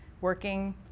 working